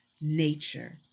nature